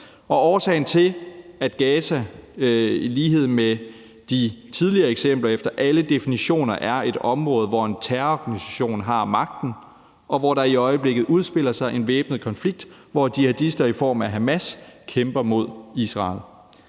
i. Årsagen til det er, at Gaza i lighed med de tidligere eksempler efter alle definitioner er et område, hvor en terrororganisation har magten, og hvor der i øjeblikket udspiller sig en væbnet konflikt, hvor jihadister i form af Hamas kæmper mod Israel.